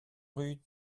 rue